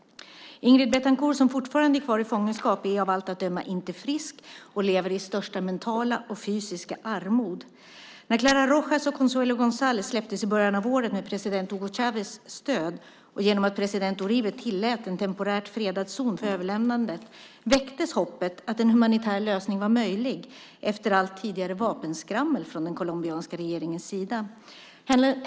Ingrid Betancourt, som fortfarande är kvar i fångenskap, är av allt att döma inte frisk. Hon lever i största mentala och fysiska armod. När Clara Rojas och Consuelo Gonzalez släpptes i början av året, med president Hugo Chávez stöd och genom att president Uribe tillät en temporärt fredad zon för överlämnandet, väcktes hoppet om att en humanitär lösning var möjlig efter allt tidigare vapenskrammel från den colombianska regeringens sida.